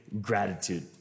gratitude